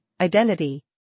identity